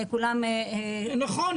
נכון,